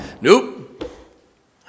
Nope